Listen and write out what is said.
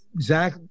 Zach